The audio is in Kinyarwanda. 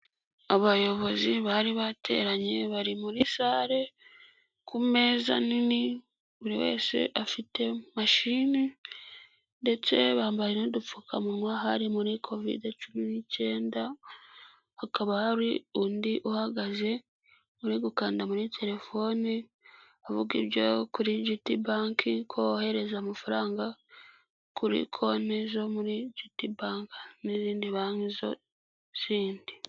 Abayobozi bari bateranye bari muri sare, ku meza nini buri wese afite mashini, ndetse bambaye n'udupfukamunwa, hari muri kovidi cumi n'icyenda, hakaba hari undi uhagaze uri gukanda muri telefoni avuga ibyo kuri giti banki, ko wohereza amafaranga kuri konti zo muri giti banki n'izindi banki zindi.